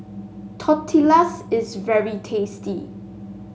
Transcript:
tortillas is very tasty